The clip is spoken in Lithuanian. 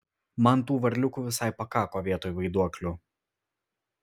man tų varliukių visai pakako vietoj vaiduoklių